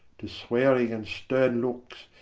to swearing, and sterne lookes,